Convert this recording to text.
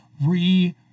re